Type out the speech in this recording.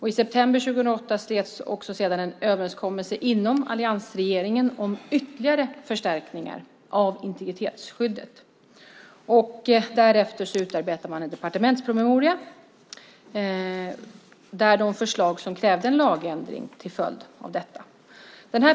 I september 2008 slöts en överenskommelse inom alliansregeringen om ytterligare förstärkningar av integritetsskyddet. Därefter utarbetades en departementspromemoria med de förslag som krävde en lagändring till följd av detta.